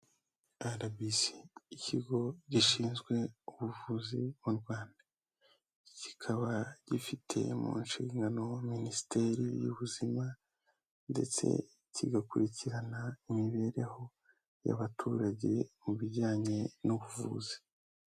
RBC ikigo gishinzwe ubuvuzi mu Rwanda, kikaba gifite mu nshingano Minisiteri y'Ubuzima ndetse kigakurikirana imibereho y'abaturage mu bijyanye n'ubuvuzi.